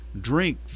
drink